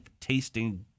tasting